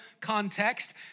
context